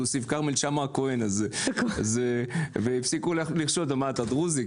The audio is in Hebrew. הוא הוסיף את השם הכהן למרות שלהיות דרוזי,